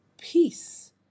peace